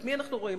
את מי אנחנו רואים?